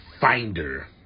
finder